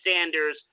Sanders